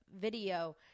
video